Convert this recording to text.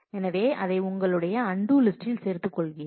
எனவே அதை உங்களுடைய அன்டூ லிஸ்டில் சேர்த்துக் கொள்வீர்கள்